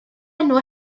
enw